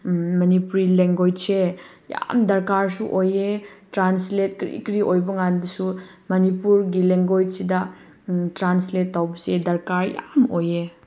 ꯃꯅꯤꯄꯨꯔꯤ ꯂꯦꯡꯒꯣꯏꯁꯁꯦ ꯌꯥꯝ ꯗꯔꯀꯥꯔꯁꯨ ꯑꯣꯏ ꯇ꯭ꯔꯥꯟꯁꯂꯦꯠ ꯀꯔꯤ ꯀꯔꯤ ꯑꯣꯏꯕꯉꯥꯟꯗꯁꯨ ꯃꯅꯤꯄꯨꯔꯗꯤ ꯂꯦꯡꯒꯣꯏꯁꯁꯤꯗ ꯇ꯭ꯔꯥꯟꯁꯂꯦꯠ ꯇꯧꯕꯁꯦ ꯗꯔꯀꯥꯔ ꯌꯥꯝ ꯑꯣꯏ